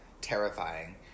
terrifying